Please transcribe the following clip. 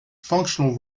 functional